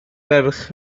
ferch